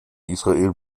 israel